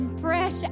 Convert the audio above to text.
fresh